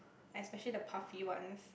especially the puffy ones